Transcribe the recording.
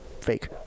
fake